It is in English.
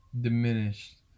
diminished